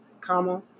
comma